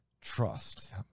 trust